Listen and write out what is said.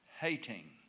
hating